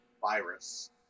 virus